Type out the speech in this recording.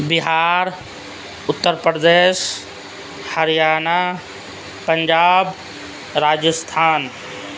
Bihar Uttar Pradesh Haryana Punjab Rajasthan